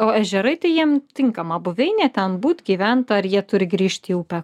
o ežerai tai jiem tinkama buveinė ten būt gyvent ar jie turi grįžt į upę